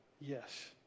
yes